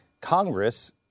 Congress